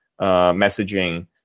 messaging